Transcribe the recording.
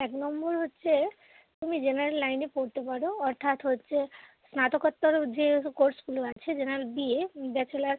এক নম্বর হচ্ছে তুমি জেনারাল লাইনে পড়তে পারে অর্থাৎ হচ্ছে স্নাতকোত্তর যে কোর্সগুলো আছে দিয়ে যেখানে হবে বি এ ব্যাচেলার